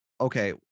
okay